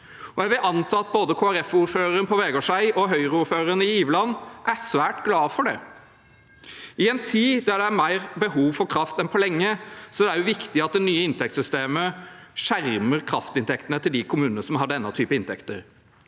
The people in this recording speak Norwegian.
jeg vil anta at både Kristelig Folkepartiordføreren på Vegårshei og Høyre-ordføreren i Iveland er svært glade for det. I en tid der det er mer behov for kraft enn på lenge, er det også viktig at det nye inntektssystemet skjermer kraftinntektene til de kommunene som har denne typen inntekter.